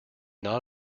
not